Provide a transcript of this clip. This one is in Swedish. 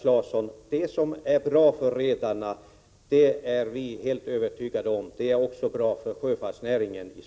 Det som är bra för redarna är också bra för sjöfartsnäringen i Sverige, det är vi helt övertygade om.